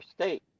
state